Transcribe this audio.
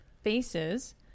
Faces